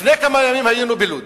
לפני כמה ימים היינו בלוד.